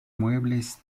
muebles